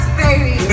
baby